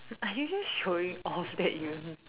are you just showing off that you know